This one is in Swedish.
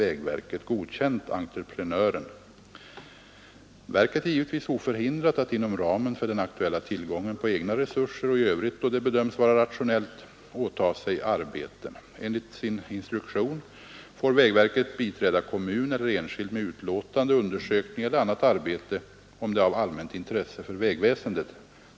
Verket är givetvis oförhindrat att inom ramen för den aktuella tillgången på egna resurser och i övrigt då det bedöms vara rationellt åta sig arbeten. Enligt sin instruktion får vägverket biträda kommun eller enskild med utlåtande, undersökning eller annat arbete om det är av allmänt intresse för vägväsendet.